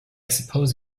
suppose